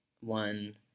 one